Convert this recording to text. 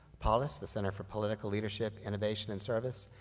polis, the center for political leadership, innovation, and service,